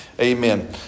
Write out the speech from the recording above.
Amen